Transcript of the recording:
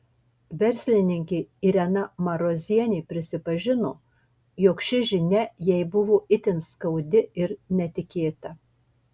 verslininkė irena marozienė prisipažino jog ši žinia jai buvo itin skaudi ir netikėta